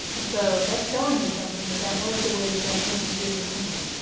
and so that's showing you something that that was the way that that person did remember it.